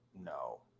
No